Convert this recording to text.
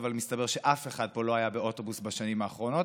אבל מסתבר שאף אחד פה לא היה באוטובוס בשנים האחרונות.